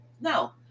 No